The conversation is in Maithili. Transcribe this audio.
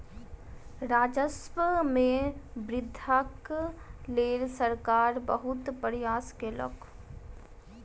राजस्व मे वृद्धिक लेल सरकार बहुत प्रयास केलक